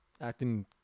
acting